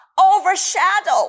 overshadow